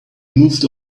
moved